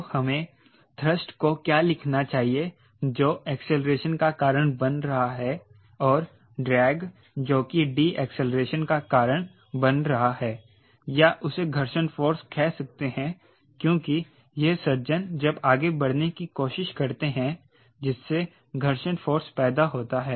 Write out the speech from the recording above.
तो हमें थ्रस्ट को क्या लिखना चाहिए जो एक्सेलरेशन का कारण बन रहा है और ड्रैग जो कि डीएक्सेलरेशन का कारण बन रहा है या उसे घर्षण फोर्स कह सकते हैं क्योंकि यह सज्जन जब आगे बढ़ने की कोशिश करते है जिससे घर्षण फोर्स पैदा होता है